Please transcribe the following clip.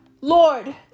Lord